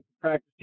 practice